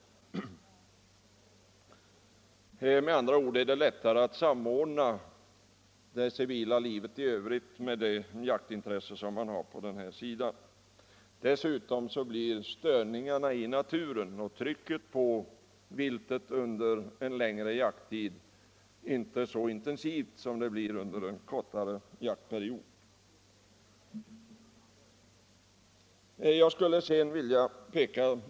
Det är med andra ord lättare att samordna det civila livet i övrigt med det jaktintresse man har. Dessutom blir störningar i naturen och trycket på viltet inte så intensiva under en längre som under en kortare jaktperiod.